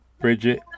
Bridget